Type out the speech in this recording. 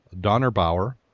Donnerbauer